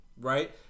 Right